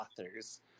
authors